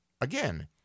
again